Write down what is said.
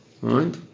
Right